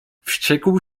wściekł